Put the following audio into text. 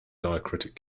diacritic